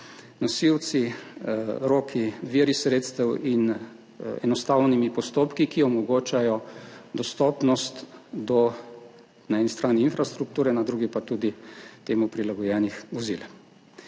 nosilci, roki, viri sredstev in enostavnimi postopki, ki omogočajo dostopnost do na eni strani infrastrukture na drugi pa tudi temu prilagojenih vozil.